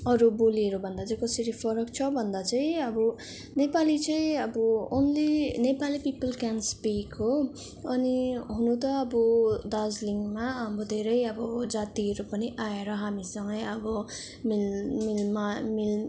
अरू बोलीहरूभन्दा चाहिँ कसरी फरक छ भन्दा चाहिँ अब नेपाली चाहिँ अब only Nepali people can speak हो अनि हुनु त अब दार्जिलिङमा अब धेरै अब जातिहरू पनि आएर हामीसँगै अब मिल् मिल्मा मिल्